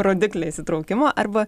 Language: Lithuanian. rodiklį įsitraukimo arba